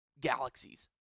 galaxies